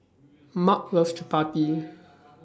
Maud loves Chapati